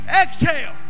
Exhale